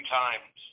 times